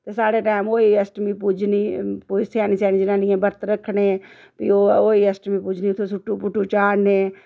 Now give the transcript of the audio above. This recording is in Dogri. ते साढ़े टैम होई अश्टमी पूजनी कोई स्यानी स्यानी जनानियें बरत रक्खने फ्ही ओह् होई अश्टमी पूजनी उत्थै सुट्टू बुट्टू चाढ़ने